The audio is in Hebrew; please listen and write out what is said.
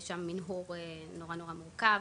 יש שם מנהור נורא מורכב,